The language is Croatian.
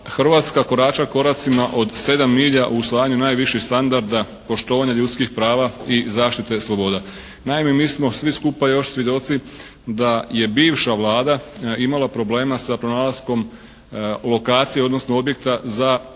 Hrvatska korača koracima od 7 milja u usvajanju najviših standarda poštovanja ljudskih prava i zaštite sloboda. Naime, mi smo svi skupa još svjedoci da je bivša Vlada imala problema sa pronalaskom lokacije, odnosno objekta za